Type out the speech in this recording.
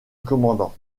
commandant